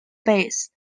base